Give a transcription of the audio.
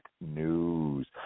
news